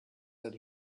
that